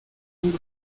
zum